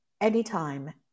anytime